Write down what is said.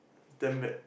damn bad